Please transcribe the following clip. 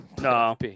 No